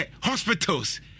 hospitals